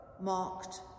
marked